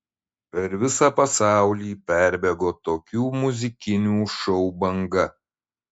per visą pasaulį perbėgo tokių muzikinių šou banga